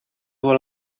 vol